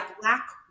black